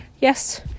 Yes